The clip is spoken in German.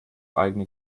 eigene